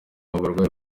abarwayi